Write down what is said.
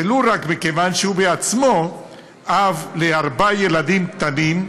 ולו רק מכיוון שהוא עצמו אב לארבעה ילדים קטנים,